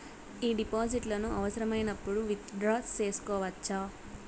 ఈ డిపాజిట్లను అవసరమైనప్పుడు విత్ డ్రా సేసుకోవచ్చా?